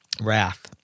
wrath